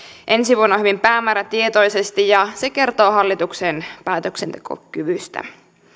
ensi vuonna hyvin päämäärätietoisesti ja se kertoo hallituksen päätöksentekokyvystä